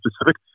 specific